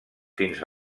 fins